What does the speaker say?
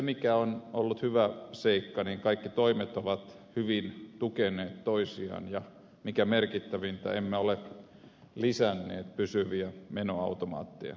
mikä on ollut hyvä seikka on että kaikki toimet ovat hyvin tukeneet toisiaan ja mikä merkittävintä emme ole lisänneet pysyviä menoautomaatteja